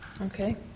okay